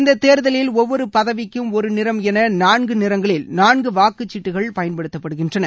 இந்த தேர்தலில் ஒவ்வொரு பதவிக்கும் ஒரு நிறம் என நான்கு நிறங்களில் நான்கு வாக்குச்சீட்டுகள் பயன்படுத்தபடுகின்றன